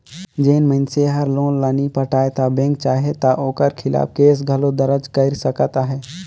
जेन मइनसे हर लोन ल नी पटाय ता बेंक चाहे ता ओकर खिलाफ केस घलो दरज कइर सकत अहे